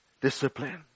Discipline